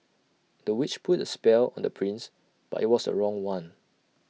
the witch put A spell on the prince but IT was A wrong one